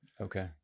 Okay